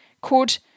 called